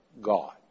God